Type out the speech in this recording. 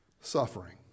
suffering